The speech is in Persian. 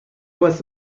واسه